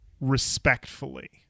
RESPECTFULLY